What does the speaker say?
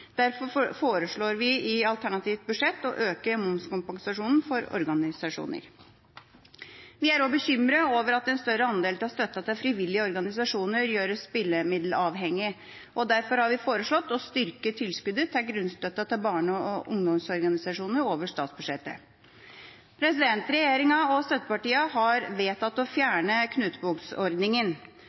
Derfor foreslår vi i alternativt budsjett å øke momskompensasjonen for organisasjoner. Vi er også bekymret over at en større andel av støtten til frivillige organisasjoner gjøres spillemiddelavhengig. Derfor har vi foreslått å styrke tilskuddet til grunnstøtten til barne- og ungdomsorganisasjonene over statsbudsjettet. Regjeringa og støttepartiene har vedtatt å fjerne